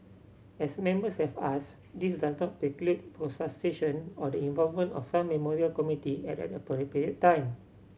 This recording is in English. as Members have asked this does not preclude or the involvement of some memorial committee at an appropriate time